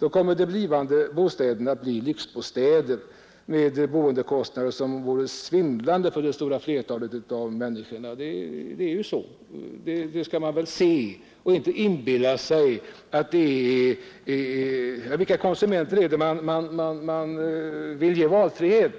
så blir bostäderna något av lyxbostäder med boendekostnader som är svindlande för det stora flertalet människor. Den saken skall man ha klart för sig. Vilka konsumenter är det man vill ge valfrihet?